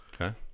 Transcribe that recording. Okay